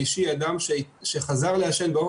לאו דווקא שקשורות לעישון,